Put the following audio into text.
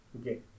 okay